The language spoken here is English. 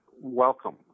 welcome